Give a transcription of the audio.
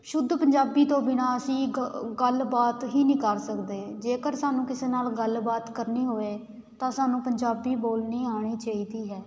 ਸ਼ੁੱਧ ਪੰਜਾਬੀ ਤੋਂ ਬਿਨਾਂ ਅਸੀਂ ਗ ਗੱਲਬਾਤ ਹੀ ਨਹੀਂ ਕਰ ਸਕਦੇ ਜੇਕਰ ਸਾਨੂੰ ਕਿਸੇ ਨਾਲ ਗੱਲਬਾਤ ਕਰਨੀ ਹੋਵੇ ਤਾਂ ਸਾਨੂੰ ਪੰਜਾਬੀ ਬੋਲਣੀ ਆਉਣੀ ਚਾਹੀਦੀ ਹੈ